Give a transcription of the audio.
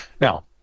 Now